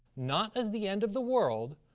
not as the end of the world,